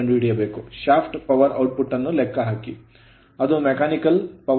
shaft power shaft power output ಅನ್ನು ಲೆಕ್ಕಹಾಕಿ ಅದು Mechanical power ಯಾಂತ್ರಿಕ ಶಕ್ತಿ